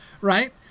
right